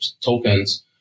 tokens